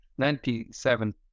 Ninety-seven